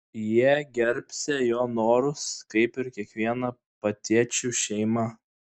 jie gerbsią jo norus kaip ir kiekviena pietiečių šeima